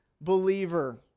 believer